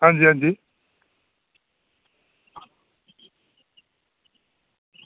आं जी आं जी